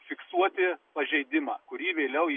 fiksuoti pažeidimą kurį vėliau